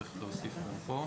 צריך להוסיף גם פה.